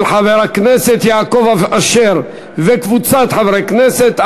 של חבר הכנסת יעקב אשר וקבוצת חברי הכנסת.